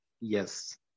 Yes